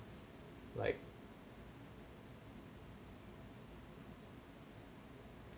like